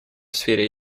сфере